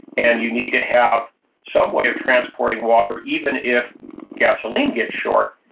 and you need to have some way of transporting water even if gasoline gets short.